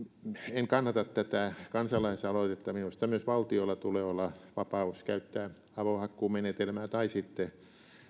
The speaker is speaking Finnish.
en kannata tätä kansalaisaloitetta minusta myös valtiolla tulee olla vapaus käyttää avohakkuumenetelmää tai sitten